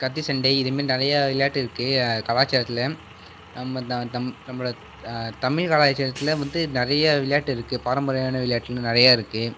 கத்தி சண்டை இதை மாரி நிறையா விளையாட்டு இருக்குது கலாச்சாரத்தில் நம்ம நம் நம்மளோட தமிழ் கலாச்சாரத்தில் வந்து நிறைய விளையாட்டு இருக்குது பாரம்பரியமான விளையாட்டுன்னு நிறைய இருக்குது